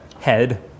head